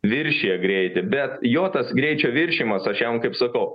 viršija greitį bet jo tas greičio viršijimas aš jam kaip sakau